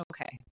Okay